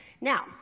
Now